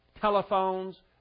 telephones